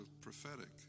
prophetic